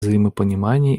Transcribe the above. взаимопонимание